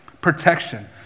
Protection